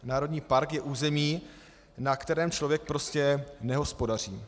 Národní park je území, na kterém člověk prostě nehospodaří.